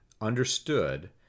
understood